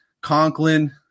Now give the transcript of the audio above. Conklin